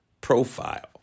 profile